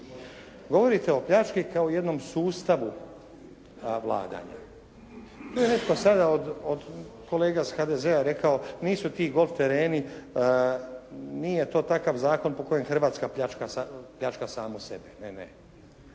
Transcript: govorite o pljački kao jednom sustavu koji vlada. Tu je netko sada od kolega iz HDZ-a rekao, nisu ti golf tereni, nije to takav zakon po kojem Hrvatska pljačka samu sebe. Ne, ne.